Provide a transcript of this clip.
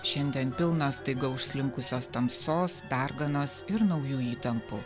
šiandien pilnos staiga užslinkusios tamsos darganos ir naujų įtampų